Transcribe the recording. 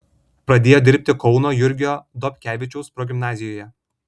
pradėjo dirbti kauno jurgio dobkevičiaus progimnazijoje